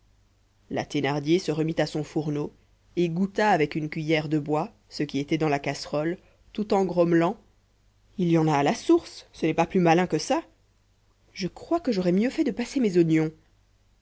la thénardier se remit à son fourneau et goûta avec une cuillère de bois ce qui était dans la casserole tout en grommelant il y en a à la source ce n'est pas plus malin que ça je crois que j'aurais mieux fait de passer mes oignons